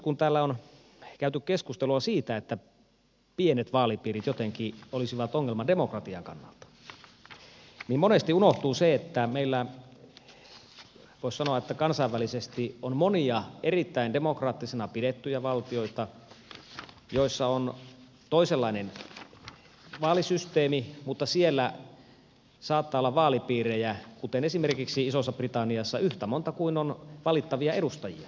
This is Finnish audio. kun täällä on käyty keskustelua siitä että pienet vaalipiirit jotenkin olisivat ongelma demokratian kannalta niin monesti unohtuu se että meillä voisi sanoa kansainvälisesti on monia erittäin demokraattisena pidettyjä valtioita joissa on toisenlainen vaalisysteemi mutta siellä saattaa olla vaalipiirejä kuten esimerkiksi isossa britanniassa yhtä monta kuin on valittavia edustajia